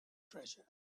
treasure